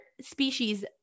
species